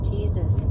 Jesus